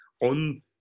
on